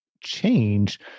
change